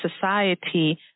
society